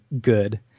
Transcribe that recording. good